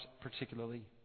particularly